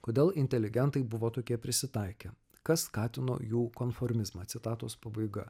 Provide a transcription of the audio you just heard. kodėl inteligentai buvo tokie prisitaikę kas skatino jų konformizmą citatos pabaiga